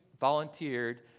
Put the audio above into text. volunteered